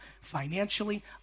financially